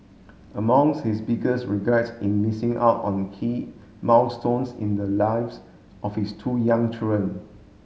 among his biggest regrets in missing out on key milestones in the lives of his two young children